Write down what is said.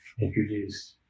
introduced